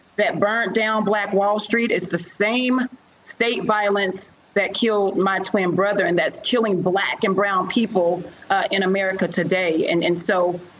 that burned down black wall street is the same state violence that killed my twin brother and that's killing black and brown people in america today. and and so,